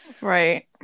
Right